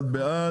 אחד בעד.